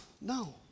No